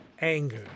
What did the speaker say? anger